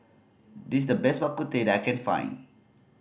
this is the best Bak Kut Teh that I can find